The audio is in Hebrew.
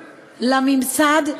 לממסד,